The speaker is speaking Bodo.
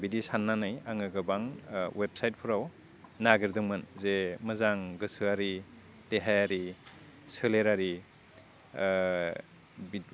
बिदि साननानै आङो गोबां वेबसाइटफ्राव नागिरदोंमोन जे मोजां गोसोआरि देहायारि सोलेरारि बित